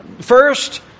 First